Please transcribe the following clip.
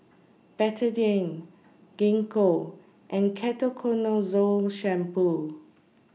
Betadine Gingko and Ketoconazole Shampoo